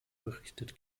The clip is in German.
berichtet